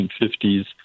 1950s